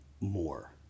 more